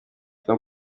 tom